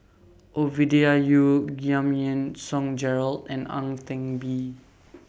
Ovidia Yu Giam Yean Song Gerald and Ang Teck Bee